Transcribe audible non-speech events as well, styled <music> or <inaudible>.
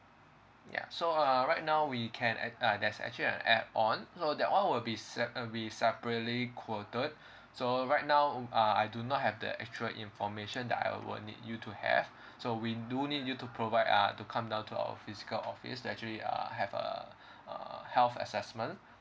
ya so uh right now we can a~ uh there's actually a add on so that one will be s~ uh be separately quoted so right now uh I do not have the actual information that I will need you to have <breath> so we do need you to provide uh to come down to our physical office that's actually uh have uh uh health assessment